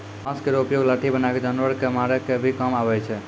बांस केरो उपयोग लाठी बनाय क जानवर कॅ मारै के भी काम आवै छै